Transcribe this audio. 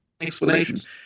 explanations